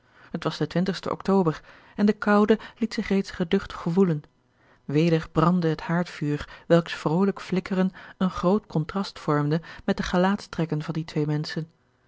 het was de ctober en de koude liet zich reeds geducht gevoelen weder brandde het haardvuur welks vrolijk flikkeren een groot contrast vormde met de gelaatstrekken van die twee menschen